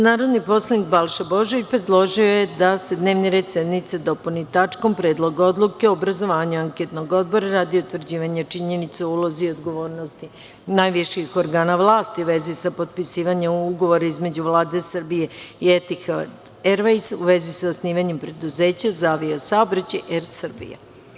Narodni poslanik Balša Božović predložio je da se dnevni red sednice dopuni tačkom – Predlog odluke obrazovanja anketnog odbora radi utvrđivanja činjenice o ulozi, odgovornosti najviših organa vlasti u vezi sa potpisivanjem ugovora između Vlade Republike Srbije i Etihat ervejz u vezi sa osnivanjem preduzeća za avio saobraćaj Er Srbija.